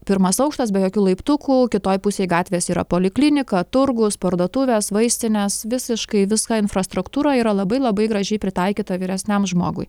pirmas aukštas be jokių laiptukų kitoj pusėj gatvės yra poliklinika turgus parduotuvės vaistinės visiškai visa infrastruktūra yra labai labai gražiai pritaikyta vyresniam žmogui